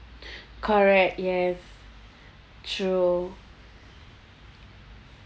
correct yes true